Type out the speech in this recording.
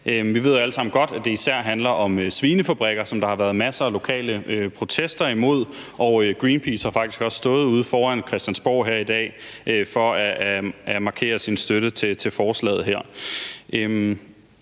sammen godt, at det især handler om svinefabrikker, som der har været masser af lokale protester imod, og Greenpeace har faktisk også stået uden foran Christiansborg i dag for at markere sin støtte til forslaget